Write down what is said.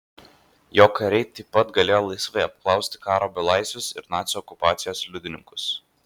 jo kariai taip pat galėjo laisvai apklausti karo belaisvius ir nacių okupacijos liudininkus